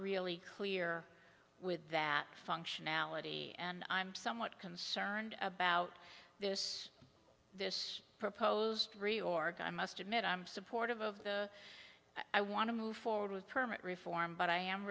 really clear with that functionality and i'm somewhat concerned about this this proposed three org i must admit i'm supportive of the i want to move forward with permit reform but i am